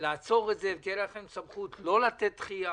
לעצור את זה, תהיה לכם סמכות לא לתת דחייה